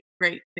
great